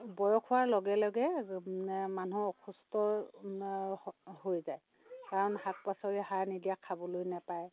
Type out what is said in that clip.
বয়স হোৱাৰ লগে লগে মানুহ অসুস্থ হৈ যায় কাৰণ শাক পাচলি সাৰ নিদিয়া খাবলৈ নেপায়